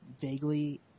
vaguely